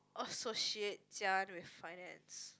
associate Jia-En with finance